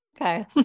Okay